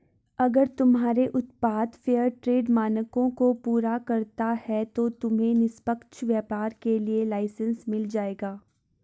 अगर तुम्हारे उत्पाद फेयरट्रेड मानकों को पूरा करता है तो तुम्हें निष्पक्ष व्यापार के लिए लाइसेन्स मिल जाएगा